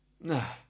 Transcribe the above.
nah